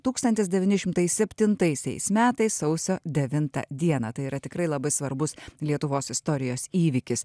tūkstantis devyni šimtai septintaisiais metais sausio devintą dieną tai yra tikrai labai svarbus lietuvos istorijos įvykis